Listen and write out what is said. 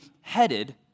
headed